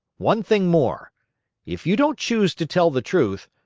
one thing more if you don't choose to tell the truth,